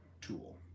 tool